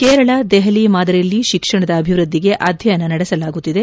ಕೇರಳ ದೆಹಲಿ ಮಾದರಿಯಲ್ಲಿ ಶಿಕ್ಷಣದ ಅಭಿವೃದ್ದಿಗೆ ಅಧ್ಯಯನ ನಡೆಸಲಾಗುತ್ತಿದೆ